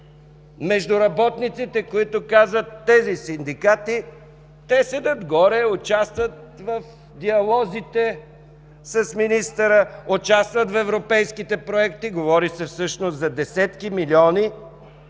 между работниците, които казват: „Синдикатите седят горе, участват в диалозите с министъра, участват в европейските проекти, говори се всъщност за десетки милиони,